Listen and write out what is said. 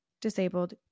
disabled